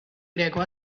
greco